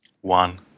One